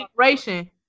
generation